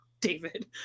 David